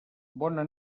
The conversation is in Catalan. bona